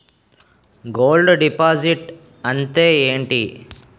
Gold deposit అంతే ఎంటి?